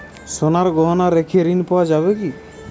সোনার গহনা রেখে ঋণ পাওয়া যাবে কি?